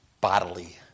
bodily